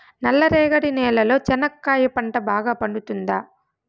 నల్ల రేగడి నేలలో చెనక్కాయ పంట బాగా పండుతుందా?